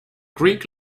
greek